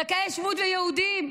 זכאי שבות ויהודים,